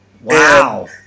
Wow